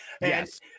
Yes